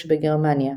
שבגרמניה.